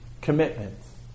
commitments